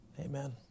Amen